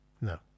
No